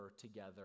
together